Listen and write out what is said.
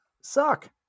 suck